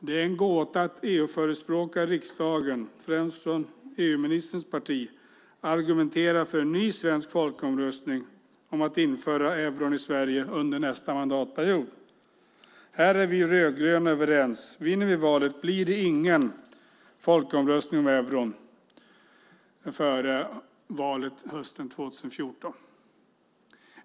Det är en gåta att euroförespråkare i riksdagen, främst från EU-ministerns parti, argumenterar för en ny svensk folkomröstning om att införa euron i Sverige under nästa mandatperiod. Här är vi rödgröna överens. Vinner vi valet blir det ingen folkomröstning om euron före valet hösten 2014.